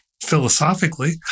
Philosophically